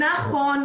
נכון.